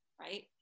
right